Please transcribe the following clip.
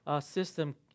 system